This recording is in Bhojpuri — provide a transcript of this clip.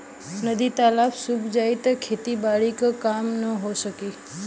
नदी तालाब सुख जाई त खेती बारी क काम ना हो सकी